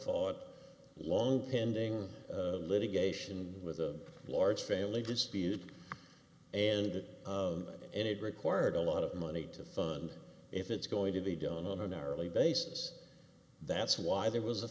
fought long ending litigation with a large family dispute and that and it required a lot of money to fund if it's going to be done over an hourly basis that's why there was a